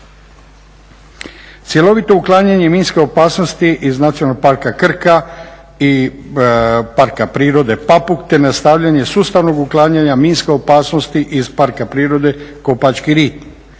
Cjelovito uklanjanje minske opasnosti iz Nacionalnog parka Krka i Parka prirode Papuk te nastavljanje sustavnog uklanjanja minske opasnosti iz Parka prirode Kopački rit.